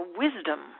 wisdom